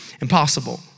impossible